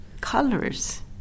colors